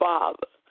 Father